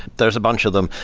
there's a bunch of them,